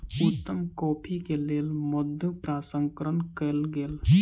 उत्तम कॉफ़ी के लेल मधु प्रसंस्करण कयल गेल